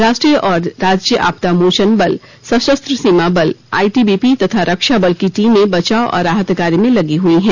राष्ट्रीय और राज्य आपदा मोचन बल सशस्त्र सीमा बल आईटीबीपी तथा रक्षा बल की टीमें बचाव और राहत कार्य में लगी हैं